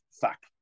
Fact